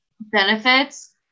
benefits